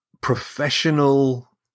professional